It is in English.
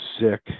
sick